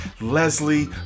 Leslie